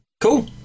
Cool